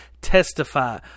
Testify